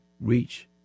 reach